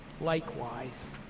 likewise